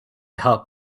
help